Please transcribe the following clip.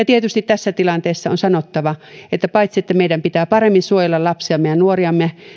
tietysti tässä tilanteessa on sanottava että paitsi että meidän pitää paremmin suojella lapsiamme ja nuoriamme